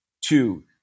Two